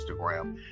Instagram